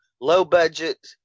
low-budget